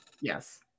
Yes